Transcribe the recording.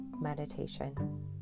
meditation